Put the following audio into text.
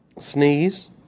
Sneeze